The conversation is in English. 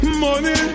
money